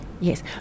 Yes